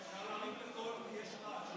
אפשר להרים את הקול, כי יש רעש?